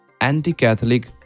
anti-Catholic